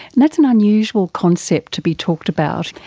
that's an unusual concept to be talked about,